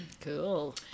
cool